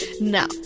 Now